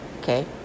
okay